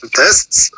tests